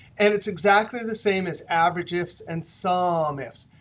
and it's exactly the same as averageifs and so sumifs.